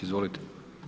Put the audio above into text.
Izvolite.